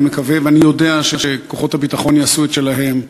אני מקווה ואני יודע שכוחות הביטחון יעשו את שלהם.